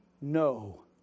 no